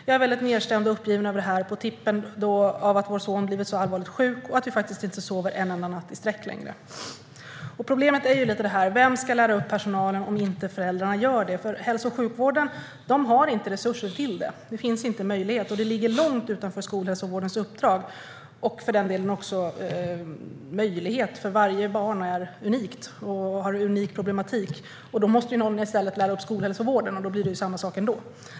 Jag är väldigt nedstämd och uppgiven över detta - på tippen då av att vår son blivit så allvarligt sjuk och av att vi faktiskt inte sover en enda natt i sträck längre." Problemet är vem som ska lära upp personalen om inte föräldrarna gör det. Hälso och sjukvården har inte resurser till det. Det finns inte möjlighet, och det ligger långt utanför skolhälsovårdens uppdrag och för den delen också möjlighet, för varje barn är unikt och har en unik problematik. Då måste någon i stället lära upp skolhälsovården, och då blir det samma sak ändå.